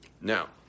Now